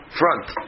front